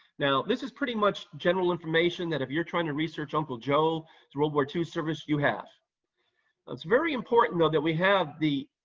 now, this is pretty much general information that if you're trying to research uncle joe's world war ii service, you have it's very important though that we have the